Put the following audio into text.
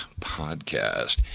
Podcast